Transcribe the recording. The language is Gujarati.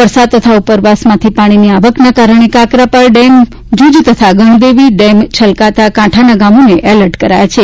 વરસાદ તથા ઉપરવાસમાંથી પાણીની આવકને કારણે કાકરાપાર ડેમ જૂજ તથા ગણદેવી ડેમ છલકાતા કાંઠાના ગામોને એલર્ટ કરાયા છે